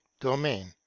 domain